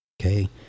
Okay